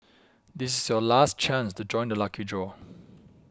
this is your last chance to join the lucky draw